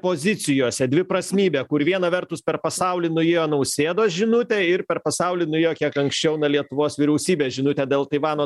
pozicijose dviprasmybė kur viena vertus per pasaulį nuėjo nausėdos žinutė ir per pasaulį nuėjo kiek anksčiau na lietuvos vyriausybės žinutė dėl taivano